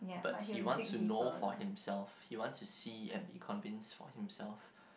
but he wants to know for himself he wants to see and be convinced for himself